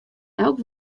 elk